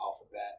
alphabet